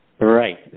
Right